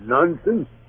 Nonsense